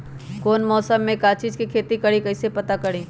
कौन मौसम में का चीज़ के खेती करी कईसे पता करी?